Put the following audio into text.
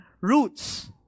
Roots